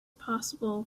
possible